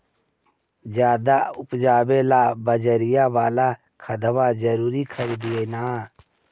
ज्यादा उपजाबे ला बजरिया बाला खदबा जरूरी हखिन न?